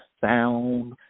sound